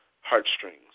heartstrings